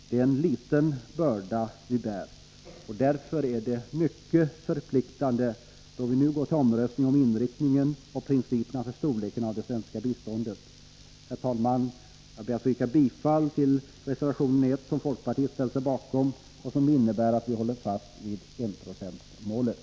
Det är en liten börda vi bär, och därför är det mycket förpliktande då vi nu går till omröstning om inriktningen av och principerna för storleken på det svenska biståndet. Herr talman! Jag ber att få yrka bifall till reservation 1, som folkpartiet ställt sig bakom och som innebär att vi håller fast vid enprocentsmålet.